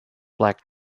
black